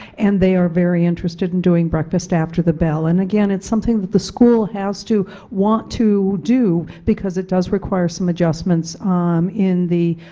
and they are very interested in doing breakfast after the bell. and again it is something that the school has to want to do, because it does require some adjustments um in the,